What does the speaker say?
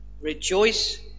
Rejoice